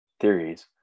theories